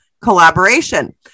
collaboration